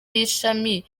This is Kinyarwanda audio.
ishami